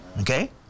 Okay